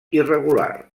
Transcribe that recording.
irregular